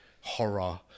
horror